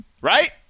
right